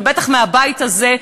ובטח מהבית הזה,